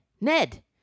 Ned